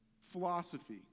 philosophy